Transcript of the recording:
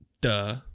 Duh